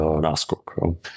náskok